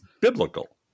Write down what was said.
biblical